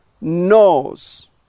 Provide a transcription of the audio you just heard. knows